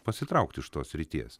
pasitraukt iš tos srities